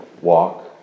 walk